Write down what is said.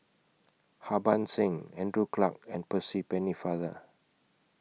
Harbans Singh Andrew Clarke and Percy Pennefather